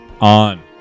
On